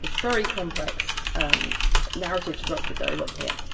but very complex narrative structure going on here.